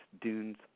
dunes